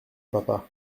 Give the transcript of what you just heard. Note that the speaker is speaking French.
papa